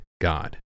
God